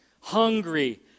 hungry